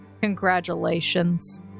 Congratulations